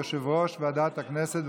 יושב-ראש ועדת הכנסת.